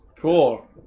Cool